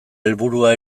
helburua